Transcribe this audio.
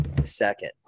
second